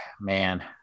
man